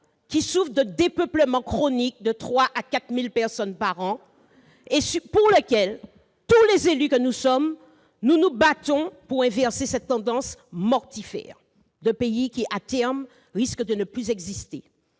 qui souffre de dépeuplement chronique- 3 000 à 4 000 personnes par an ! Les élus que nous sommes nous battons tous pour inverser cette tendance mortifère d'un pays qui, à terme, risque de ne plus exister.